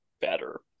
better